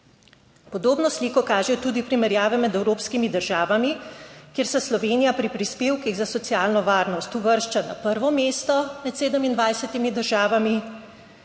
Podobno sliko kažejo tudi primerjave med evropskimi državami, kjer se Slovenija pri prispevkih za socialno varnost uvršča na prvo mesto med 27 državami,